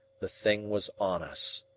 the thing was on us.